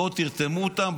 בואו תרתמו אותם.